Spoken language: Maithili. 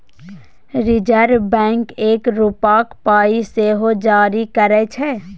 रिजर्ब बैंक एक रुपाक पाइ सेहो जारी करय छै